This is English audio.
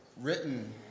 written